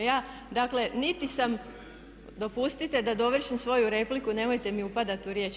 Ja dakle niti sam … [[Upadica se ne razumije.]] Dopustite da dovršim svoju repliku, nemojte mi upadati u riječi.